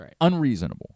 Unreasonable